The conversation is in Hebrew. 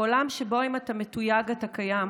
בעולם שבו אם אתה מתויג אתה קיים,